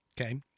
Okay